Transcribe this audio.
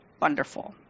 wonderful